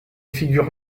figures